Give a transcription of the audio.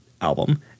album